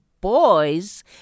boys